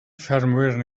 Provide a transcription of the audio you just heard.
ffermwr